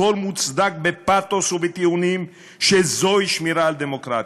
הכול מוצדק בפתוס ובטיעונים שזוהי שמירה על דמוקרטיה.